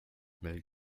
milk